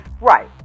right